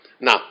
Now